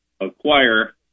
acquire